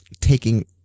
taking